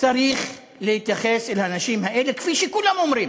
צריך להתייחס אל האנשים האלה כפי שכולם אומרים.